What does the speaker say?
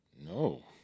No